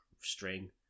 string